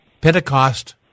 pentecost